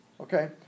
okay